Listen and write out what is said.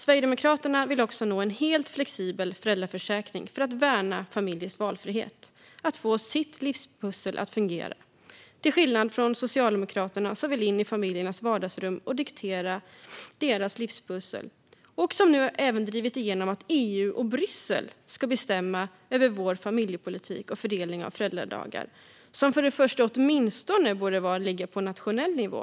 Sverigedemokraterna vill också nå en helt flexibel föräldraförsäkring för att värna familjers valfrihet så att de kan få sitt livspussel att fungera, till skillnad från Socialdemokraterna som vill in i familjernas vardagsrum och diktera deras livspussel. De har nu även drivit igenom att EU och Bryssel kan bestämma över vår familjepolitik och fördelning av föräldradagar. Det borde först och främst åtminstone ligga på nationell nivå.